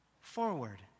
forward